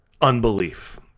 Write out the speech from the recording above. unbelief